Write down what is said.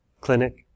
clinic